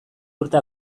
urte